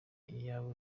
iyabo